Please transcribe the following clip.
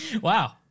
wow